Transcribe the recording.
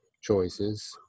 choices